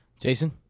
Jason